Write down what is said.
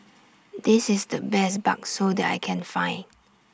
This IS The Best Bakso that I Can Find